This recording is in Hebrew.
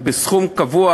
בסכום קבוע